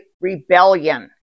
rebellion